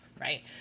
right